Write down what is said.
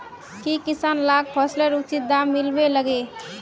की किसान लाक फसलेर उचित दाम मिलबे लगे?